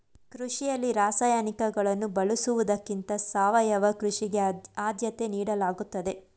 ಕೃಷಿಯಲ್ಲಿ ರಾಸಾಯನಿಕಗಳನ್ನು ಬಳಸುವುದಕ್ಕಿಂತ ಸಾವಯವ ಕೃಷಿಗೆ ಆದ್ಯತೆ ನೀಡಲಾಗುತ್ತದೆ